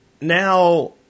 now